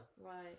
Right